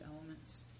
elements